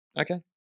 Okay